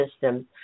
system